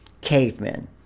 cavemen